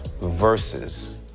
versus